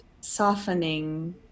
softening